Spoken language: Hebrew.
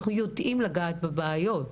יודעים לגעת בבעיות.